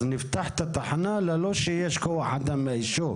אז נפתח תחנה בלי שיש כוח אדם מהיישוב.